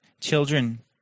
Children